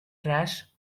trash